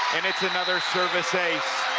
and it's another service ace.